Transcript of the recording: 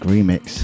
Remix